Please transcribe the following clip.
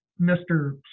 Mr